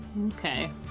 Okay